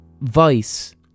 ...Vice